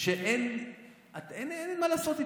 שאין מה לעשות איתכם.